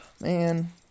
Man